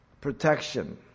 protection